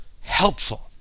helpful